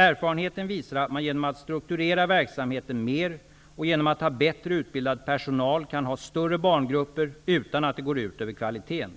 Erfarenheten visar att man genom att strukturera verksamheten mer och genom att ha bättre utbildad personal kan ha större barngrupper utan att det går ut över kvaliteten.